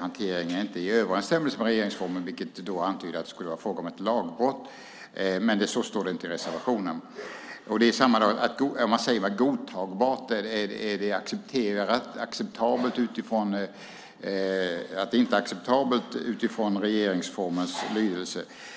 hanteringen inte är i överensstämmelse med regeringsformen, vilket antydde att det skulle vara fråga om ett lagbrott. Men så står det inte i reservationen. Om det inte är godtagbart är det samma sak som att det inte är acceptabelt utifrån regeringsformens lydelse?